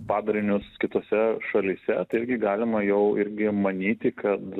padarinius kitose šalyse tai irgi galima jau irgi manyti kad